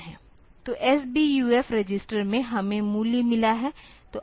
तो SBUF register में हमें मूल्य मिला है